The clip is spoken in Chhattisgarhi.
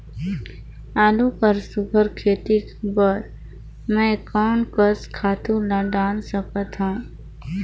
आलू कर सुघ्घर खेती बर मैं कोन कस खातु ला डाल सकत हाव?